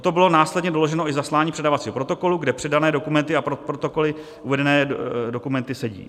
Toto bylo následně doloženo i zasláním předávacího protokolu, kde předané dokumenty a v protokolu uvedené dokumenty sedí.